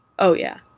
oh yeah.